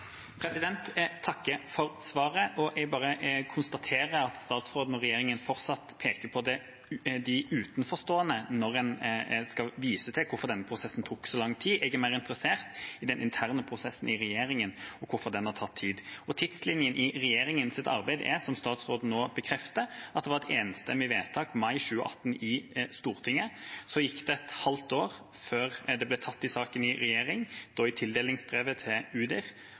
Jeg takker for svaret, og jeg bare konstaterer at statsråden og regjeringa fortsatt peker på utenforstående når en skal vise til hvorfor denne prosessen tok så lang tid. Jeg er mer interessert i den interne prosessen i regjeringa og hvorfor den har tatt tid. Tidslinjen i regjeringas arbeid er, som statsråden nå bekrefter, at det var et enstemmig vedtak i mai 2018 i Stortinget. Så gikk det et halvt år før det ble tatt i saken i regjering, da i tildelingsbrevet til